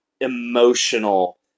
emotional